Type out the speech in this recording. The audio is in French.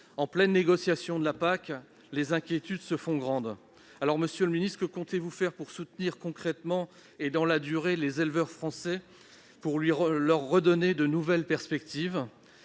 agricole commune, la PAC, les inquiétudes se font grandes. Monsieur le ministre, que comptez-vous faire pour soutenir concrètement et dans la durée l'élevage français, pour lui redonner de nouvelles perspectives ?